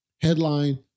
headline